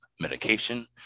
medication